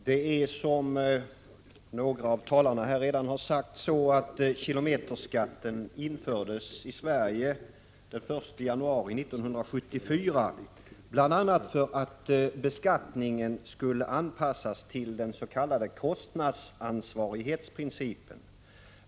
Herr talman! Som några av talarna redan sagt infördes kilometerskatten den 1 januari 1974, bl.a. för att beskattningen skulle anpassas till den s.k. kostnadsansvarighetsprincipen.